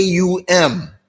AUM